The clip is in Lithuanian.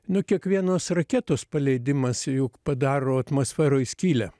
nu kiekvienos raketos paleidimas juk padaro atmosferoj skylę